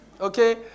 Okay